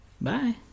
bye